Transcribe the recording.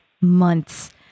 months